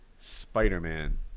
Spider-Man